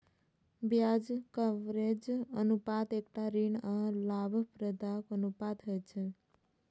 ब्याज कवरेज अनुपात एकटा ऋण आ लाभप्रदताक अनुपात होइ छै